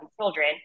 children